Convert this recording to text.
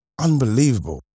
unbelievable